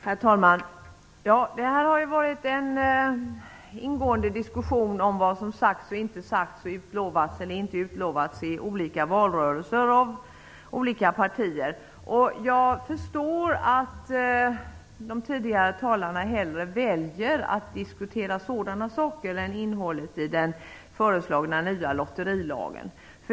Herr talman! Det har här förts en ingående diskussion om vad som har sagts och inte sagts, vad som har utlovats och inte utlovats av olika partier i olika valrörelser. Jag förstår att talarna hellre väljer att diskutera sådana saker än innehållet i den föreslagna nya lotterilagen.